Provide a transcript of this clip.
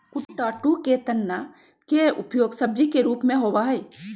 कुट्टू के तना के उपयोग सब्जी के रूप में होबा हई